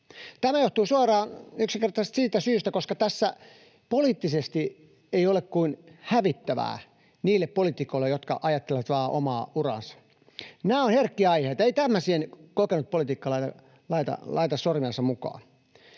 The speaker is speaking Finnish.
Tämä johtuu yksinkertaisesti suoraan siitä syystä, että tässä ei ole poliittisesti kuin hävittävää niille poliitikoille, jotka ajattelevat vain omaa uraansa. Nämä ovat herkkiä aiheita. Ei tämmöisiin kokenut poliitikko laita sormiansa mukaan.